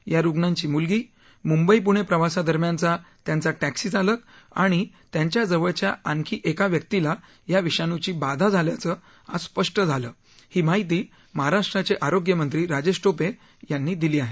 या रुग्णांची मुलगी मुंबई पुणे प्रवासादरम्यानचा त्यांचा टॅक्सी चालक आणि त्यांच्या जवळच्या आणखी एका व्यक्ती या विषाणूची बाधा झाल्याचं आज स्पष्ट झाल्याची माहिती महाराष्ट्राचे आरोग्य मंत्री राजेश टोपे यांनी दिली आहे